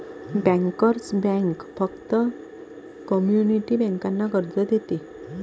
bankers bank फक्त community बँकांना कर्ज देते